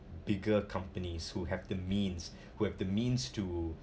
bigger companies who have the means who have the means to